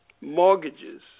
mortgages